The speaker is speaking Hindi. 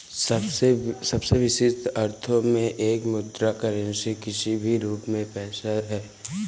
सबसे विशिष्ट अर्थों में एक मुद्रा करेंसी किसी भी रूप में पैसा है